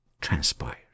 transpired